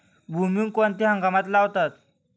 भुईमूग कोणत्या हंगामात लावतात?